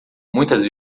muitas